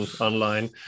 online